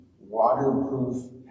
waterproof